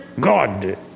God